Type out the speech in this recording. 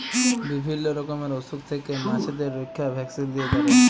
বিভিল্য রকমের অসুখ থেক্যে মাছদের রক্ষা ভ্যাকসিল দিয়ে ক্যরে